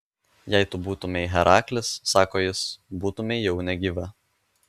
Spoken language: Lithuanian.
jei tu būtumei heraklis sako jis būtumei jau negyva